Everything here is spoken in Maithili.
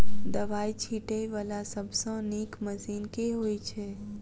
दवाई छीटै वला सबसँ नीक मशीन केँ होइ छै?